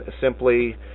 simply